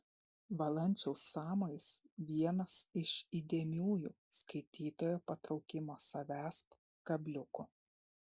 valančiaus sąmojis vienas iš įdėmiųjų skaitytojo patraukimo savęsp kabliukų